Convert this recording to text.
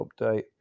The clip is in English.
update